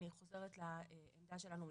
סתם דוגמה.